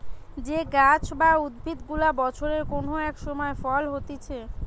যে গাছ বা উদ্ভিদ গুলা বছরের কোন এক সময় ফল হতিছে